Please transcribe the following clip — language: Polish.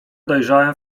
dojrzałem